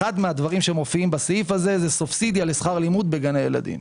אחד מהדברים שמופיעים בסעיף הזה זה סובסידיה לשכר לימוד בגני ילדים.